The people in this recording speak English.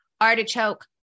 artichoke